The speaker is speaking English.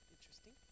Interesting